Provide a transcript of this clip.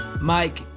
Mike